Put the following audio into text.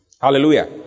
Hallelujah